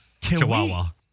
chihuahua